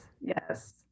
Yes